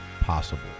possible